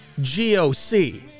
GOC